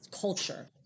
culture